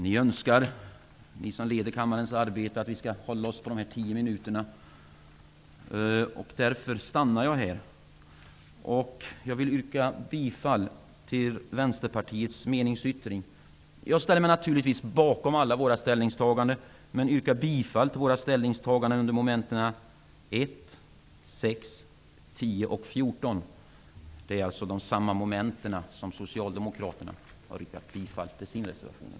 Ni som leder kammarens arbete önskar att vi talare skall hålla taletiden -- i mitt fall tio minuter. Därför stannar jag här. Jag yrkar bifall till Vänsterpartiets meningsyttring. Naturligtvis stöder jag alla våra ställningstaganden. Men jag yrkar bifall endast beträffande momenten 1, 6, 10 och 14. Det gäller alltså samma moment som Socialdemokraterna yrkar bifall till när det gäller deras reservation.